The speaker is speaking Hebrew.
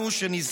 אני מבקש לסיים.